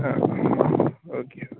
ആ okay okay